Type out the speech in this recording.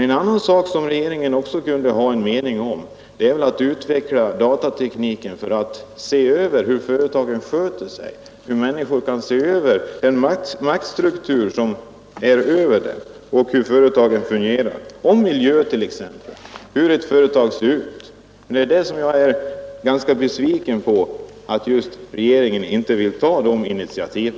En annan sak som regeringen också kunde ha en mening om är en utveckling av datatekniken för att se över hur företagen sköter sig, för att se över den maktstruktur som är över människorna, för att se över hur företagen fungerar t.ex. i miljösammanhang. Jag är ganska besviken över att regeringen inte vill ta de initiativen.